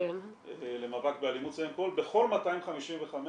למאבק באלימות, סמים ואלכוהול בכל 255